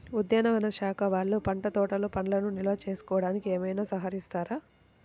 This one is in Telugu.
ఉద్యానవన శాఖ వాళ్ళు పండ్ల తోటలు పండ్లను నిల్వ చేసుకోవడానికి ఏమైనా సహకరిస్తారా?